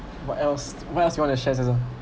what else what else you want to share joseph